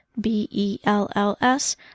B-E-L-L-S